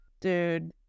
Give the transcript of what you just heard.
Dude